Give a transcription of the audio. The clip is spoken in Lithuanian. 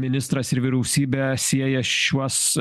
ministras ir vyriausybė sieja šiuos